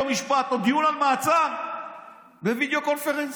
משפט או דיון על מעצר בווידיאו קונפרנס.